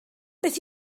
beth